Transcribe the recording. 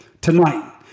tonight